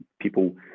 people